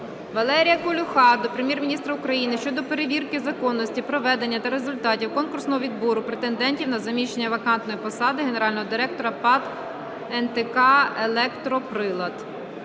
Валерія Колюха до Прем'єр-міністра України щодо перевірки законності проведення та результатів конкурсного відбору претендентів на заміщення вакантної посади генерального директора ПАТ "НТК "Електронприлад".